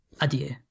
adieu